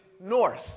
north